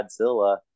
godzilla